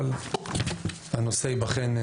אבל הנושא ייבחן.